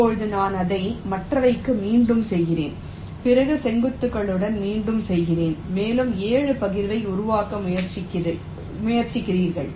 இப்போது நான் அதை மற்றவைக்கு மீண்டும் செய்கிறேன் பிற செங்குத்துகளுக்கு மீண்டும் செய்கிறேன் மேலும் 7 பகிர்வை உருவாக்க முயற்சிக்கிறீர்கள்